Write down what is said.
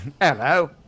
Hello